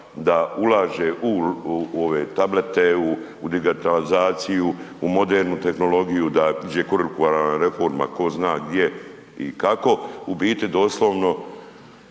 da ulaže u ove tablete, u digitalizaciju, u modernu tehnologiju, da ide kurikularna reforma ko zna gdje i kako, u biti doslovno